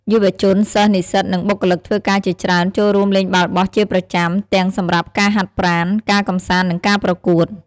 យុវជន សិស្ស និស្សិត និងបុគ្គលិកធ្វើការជាច្រើនចូលរួមលេងបាល់បោះជាប្រចាំ ទាំងសម្រាប់ការហាត់ប្រាណ ការកម្សាន្ត និងការប្រកួត។